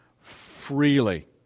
freely